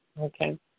Okay